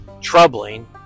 troubling